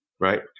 right